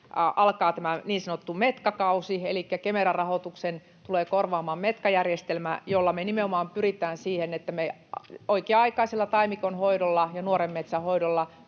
alkaa tämä niin sanottu Metka-kausi. Elikkä Kemera-rahoituksen tulee korvaamaan Metka-järjestelmä, jolla me nimenomaan pyritään siihen, että me oikea-aikaisella taimikon hoidolla ja nuoren metsän hoidolla